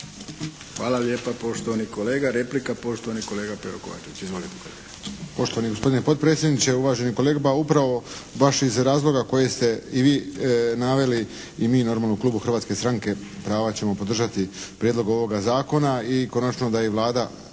Hvala lijepa poštovani kolege. Replika poštovani kolega Pero KOvačević. Izvolite